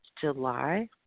July